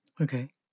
Okay